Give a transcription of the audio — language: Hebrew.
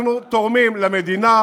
אנחנו תורמים למדינה